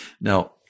now